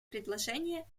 предложения